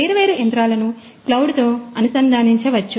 వేర్వేరు యంత్రాలను క్లౌడ్తో అనుసంధానించవచ్చు